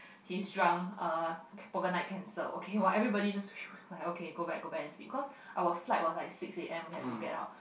he's drunk uh poker night cancelled okay !wah! everybody just like okay go back go back sleep cause our flight was like six A_M we have to get up